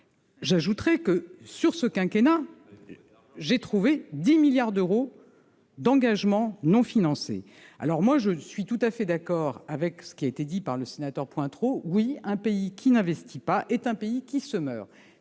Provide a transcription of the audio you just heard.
J'ajoute que, pour ce quinquennat, j'ai trouvé 10 milliards d'euros d'engagements non financés. Je suis tout à fait d'accord avec le sénateur Pointereau : un pays qui n'investit pas est un pays qui se meurt.